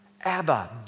Abba